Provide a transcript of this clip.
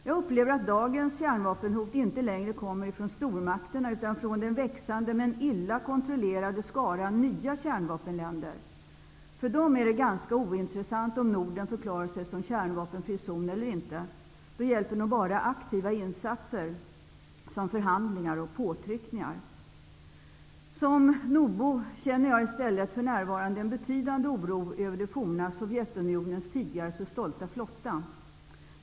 Jag upplever att dagens kärnvapenhot inte längre kommer ifrån stormakterna, utan från den växande men illa kontrollerade skaran nya kärnvapenländer. För dem är det ganska ointressant om Norden förklarar sig vara en kärnvapenfri zon eller inte. Då hjälper nog bara aktiva insatser som förhandlingar och påtryckningar. Som nordbo känner jag i stället för närvarande en betydande oro över det forna Sovjetunionens tidigare så stolta flotta.